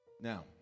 Now